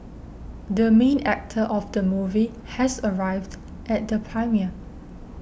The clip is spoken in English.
the main actor of the movie has arrived at the premiere